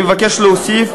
אני מבקש להוסיף,